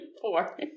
four